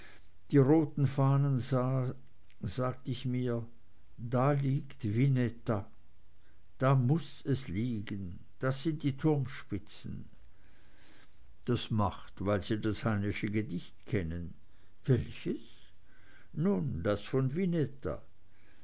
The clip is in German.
die roten fahnen sah sagte ich mir da liegt vineta da muß es liegen das sind die turmspitzen das macht weil sie das heinesche gedicht kennen welches nun das von